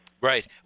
Right